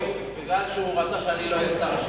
זה כי הוא רצה שאני לא אהיה שר השיכון,